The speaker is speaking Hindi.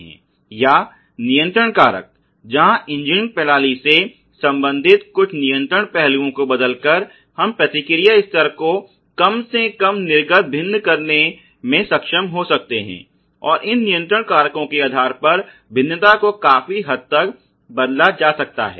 या नियंत्रण कारक जहां इंजीनियर प्रणाली से संबंधित कुछ नियंत्रण पहलुओं को बदलकर हम प्रतिक्रिया स्तर को कम से कम निर्गम में भिन्न करने में सक्षम हो सकते हैं और इन नियंत्रण कारकों के आधार पर भिन्नता को काफी हद तक बदला जा सकता है